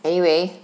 anyway